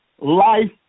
Life